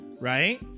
right